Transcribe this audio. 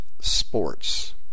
sports